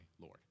Lord